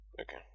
Okay